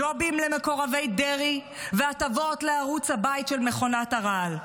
ג'ובים למקורבי דרעי והטבות לערוץ הבית של מכונת הרעל.